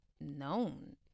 known